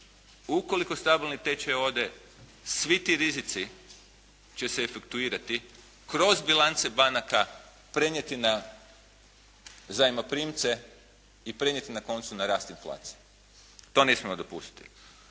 Ukoliko stabilni tečaj ode svi ti rizici će se efektuirati kroz bilance banaka, prenijeti na zajmoprimce i prenijeti na koncu na rast inflacije. To ne smijemo dopustiti.